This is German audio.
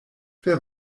wer